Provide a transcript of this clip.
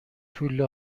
توله